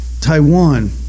Taiwan